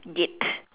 yep